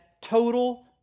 total